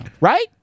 right